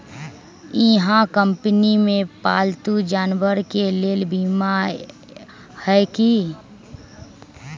इहा कंपनी में पालतू जानवर के लेल बीमा हए कि?